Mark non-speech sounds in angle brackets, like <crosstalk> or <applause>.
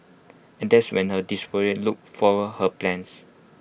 and that's when her <unintelligible> look foiled her plans